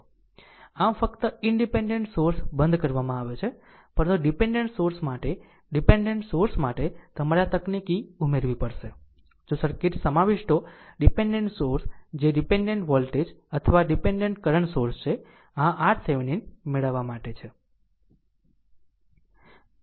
આમ ફક્ત independent source બંધ કરવામાં આવશે પરંતુ ડીપેનડેન્ટ સોર્સ માટે ડીપેનડેન્ટ સોર્સ માટે તમારે આ તકનીકી ઉમેરવી પડશે જો સર્કિટ સમાવિષ્ટો ડીપેનડેન્ટ સોર્સ જે ડીપેનડેન્ટ વોલ્ટેજ અથવા ડીપેનડેન્ટ કરંટ સોર્સ છે આમ આ RThevenin મેળવવા માટે છે